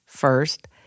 first